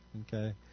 okay